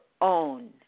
own